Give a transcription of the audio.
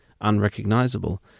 unrecognizable